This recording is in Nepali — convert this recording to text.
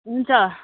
हुन्छ